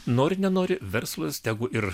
nori nenori verslas tegu ir